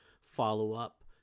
follow-up